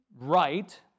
right